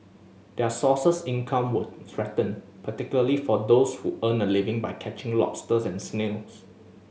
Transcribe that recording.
their sources income were threatened particularly for those who earn a living by catching lobsters and snails